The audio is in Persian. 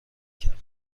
کرد